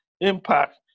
impact